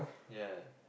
ya